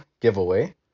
giveaway